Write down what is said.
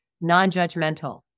non-judgmental